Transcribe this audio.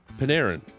Panarin